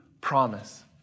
promise